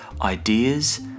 ideas